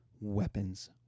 Weapons